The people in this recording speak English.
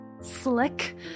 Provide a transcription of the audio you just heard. slick